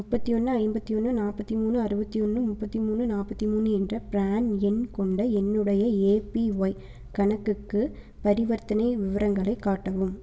முப்பத்து ஒன்று ஐம்பத்து ஒன்று நாற்பத்தி மூணு அறுபத்தி ஒன்று முப்பத்து மூணு நாற்பத்தி மூணு என்ற ப்ரான் எண் கொண்ட என்னுடைய ஏபிஒய் கணக்குக்கு பரிவர்த்தனை விவரங்களைக் காட்டவும்